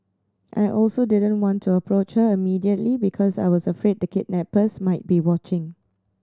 I also didn't want to approach her immediately because I was afraid the kidnappers might be watching